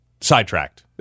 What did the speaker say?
sidetracked